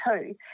two